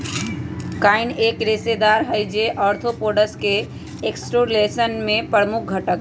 chitin एक रेशेदार हई, जो आर्थ्रोपोड्स के एक्सोस्केलेटन में प्रमुख घटक हई